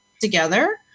together